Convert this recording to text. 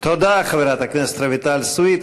תודה, חברת הכנסת רויטל סויד.